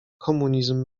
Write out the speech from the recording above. komunizm